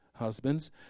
husbands